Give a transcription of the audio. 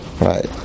Right